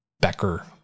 Becker